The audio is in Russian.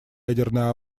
ядерное